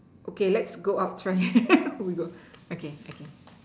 okay let's go out try we go okay okay